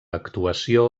actuació